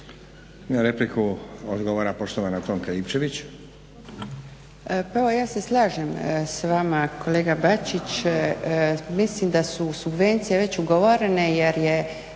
Na repliku odgovara poštovana Tonka Ivčević. **Ivčević, Tonka (SDP)** Pa ja se slažem s vama kolega Bačić, mislim da su subvencije već ugovorene jer je